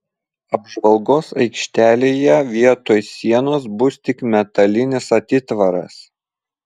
apžvalgos aikštelėje vietoj sienos bus tik metalinis atitvaras